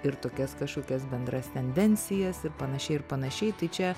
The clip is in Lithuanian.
ir tokias kažkokias bendras tendencijas ir panašiai ir panašiai tai čia